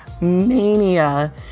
mania